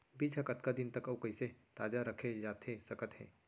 बीज ह कतका दिन तक अऊ कइसे ताजा रखे जाथे सकत हे?